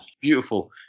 beautiful